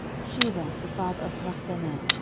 sheva the father of machbenah,